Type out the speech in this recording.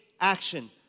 action